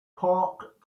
park